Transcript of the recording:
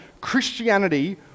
Christianity